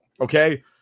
Okay